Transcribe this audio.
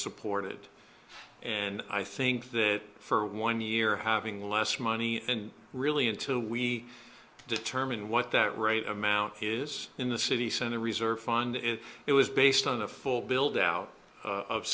supported and i think that for one year having less money and really until we determine what that right amount is in the city center reserve fund it it was based on a full build out of